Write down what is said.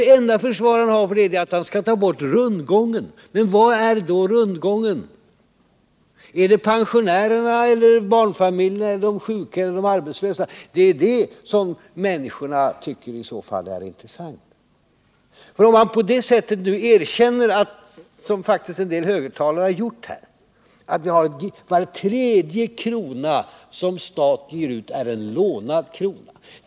Det enda försvar han har för det är att han skall ta bort rundgången. Men vad är då rundgången? Är det pensionärerna eller barnfamiljerna eller de sjuka eller de arbetslösa? Det är ju det som människorna i så fall tycker är intressant att veta. Erkänner han nu — som faktiskt en del högertalare här har gjort — att var tredje krona som staten ger ut är en lånad krona?